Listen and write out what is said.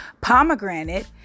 pomegranate